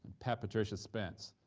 patricia spence.